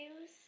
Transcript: news